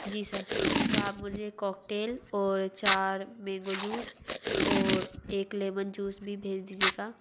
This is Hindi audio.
जी सर तो आप मुझे कोकटेल और चार मेंगो जूस और एक लेमन जूस भी भेज दीजिएगा